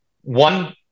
One